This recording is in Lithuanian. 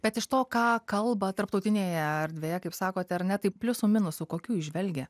bet iš to ką kalba tarptautinėje erdvėje kaip sakote ar ne tai pliusų minusų kokių įžvelgia